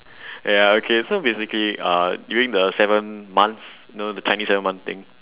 ya okay so basically uh during the seventh month the chinese seventh month thing